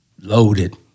loaded